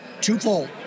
twofold